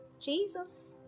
Jesus